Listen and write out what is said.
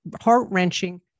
heart-wrenching